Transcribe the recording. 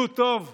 נו, טוב,